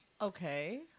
Okay